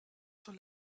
zur